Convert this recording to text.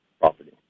property